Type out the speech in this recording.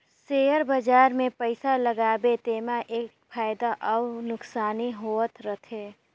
share बजार मे पइसा लगाबे तेमा फएदा अउ नोसकानी होत रहथे